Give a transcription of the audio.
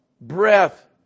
breath